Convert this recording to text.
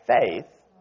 faith